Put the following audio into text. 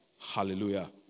Hallelujah